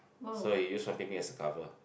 so he use Fan Bing Bing as a cover